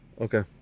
okay